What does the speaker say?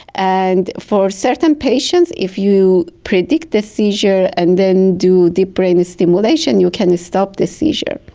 and for certain patients if you predict a seizure and then do deep brain stimulation you can stop the seizure.